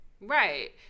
Right